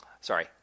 sorry